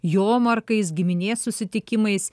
jomarkais giminės susitikimais